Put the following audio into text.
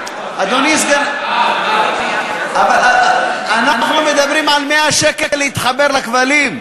אבל אנחנו מדברים על 100 שקל להתחבר לכבלים.